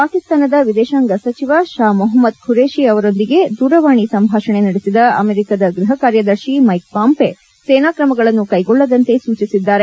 ಪಾಕಿಸ್ತಾನದ ವಿದೇಶಾಂಗ ಸಚಿವ ಶಾ ಮೊಪಮ್ಮದ್ ಖುರೇಷಿ ಅವರೊಂದಿಗೆ ದೂರವಾಣಿ ಸಂಭಾಷಣೆ ನಡೆಸಿದ ಅಮೆರಿಕದ ಗೃಪ ಕಾರ್ಯದರ್ಶಿ ಮೈಕ್ ಪಾಂಪೆ ಸೇನಾ ತ್ರಮಗಳನ್ನು ಕೈಗೊಳ್ಳದಂತೆ ಸೂಚಿಸಿದ್ದಾರೆ